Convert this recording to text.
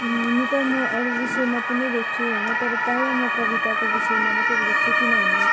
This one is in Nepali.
हुनु त म अरू विषयमा पनि लेख्छु होइन तर प्रायः म कविताको विषयमा मात्रै लेख्छु किनभने